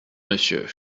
monsieur